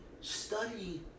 study